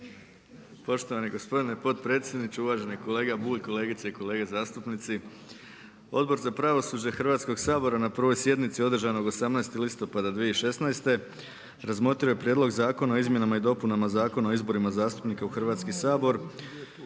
Poštovani gospodine potpredsjedniče, uvaženi kolega Bulj, kolegice i kolege zastupnici Odbor za pravosuđe Hrvatskog sabora na 1. sjednici održanoj 18. listopada 2016. razmotrio je prijedlog Zakona o izmjenama i dopunama Zakona o izborima zastupnika u Hrvatski sabor